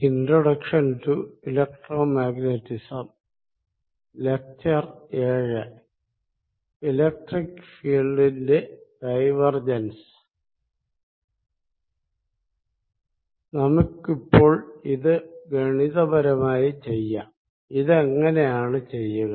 electric ഫീൽഡിന്റെ divergence നമുക്കിപ്പോൾ ഇത് മാത്തമാറ്റിക്കലായി ചെയ്യാം ഇതെങ്ങനെയാണ് ചെയ്യുക